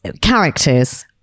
characters